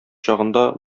чагында